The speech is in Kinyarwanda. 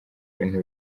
ibintu